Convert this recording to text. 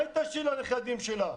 ומה היא תשאיר לנכדים שלה?